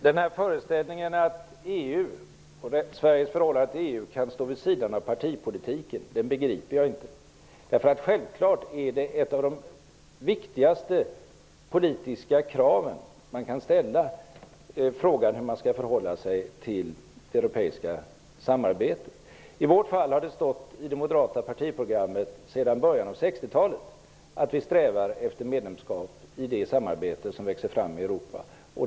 Herr talman! Föreställningen att Sveriges förhållande till EU kan stå vid sidan av partipolitiken begriper jag inte. Självklart är ett av de viktigaste politiska krav som kan framföras att man tar ställning till det europeiska samarbetet. I det moderata partiprogrammet har det varit angivet sedan början av 60-talet att vi strävar efter medlemskap i det samarbete som växer fram i Europa.